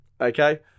okay